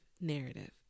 narrative